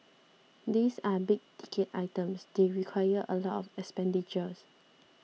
these are big ticket items they require a lot of expenditure